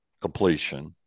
completion